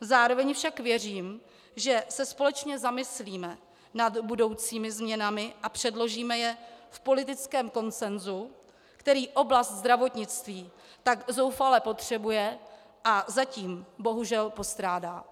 Zároveň však věřím, že se společně zamyslíme nad budoucími změnami a předložíme je v politickém konsensu, který oblast zdravotnictví tak zoufale potřebuje a zatím bohužel postrádá.